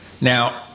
Now